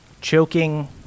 choking